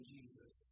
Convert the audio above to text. Jesus